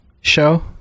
show